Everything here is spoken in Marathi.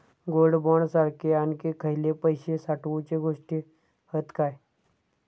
गोल्ड बॉण्ड सारखे आणखी खयले पैशे साठवूचे गोष्टी हत काय?